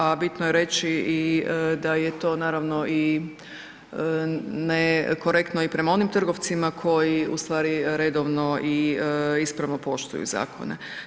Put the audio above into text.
A bitno je reći i da je to naravno i ne korektno i prema onim trgovcima koji redovni i ispravno poštuju zakone.